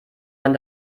man